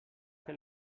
què